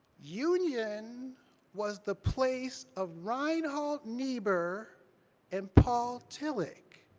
union was the place of reinhold niebuhr and paul tillich.